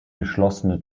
geschlossene